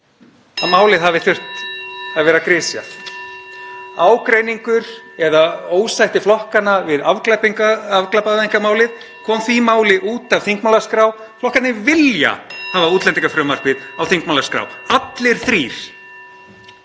að málið hafi þurft að vera grisjað. Ágreiningur eða ósætti flokkanna við afglæpavæðingarmálið kom því máli út af þingmálaskrá. Flokkarnir vilja (Forseti hringir.) hafa útlendingafrumvarpið á þingmálaskrá. Allir þrír.